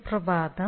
സുപ്രഭാതം